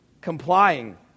complying